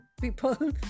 people